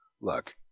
Look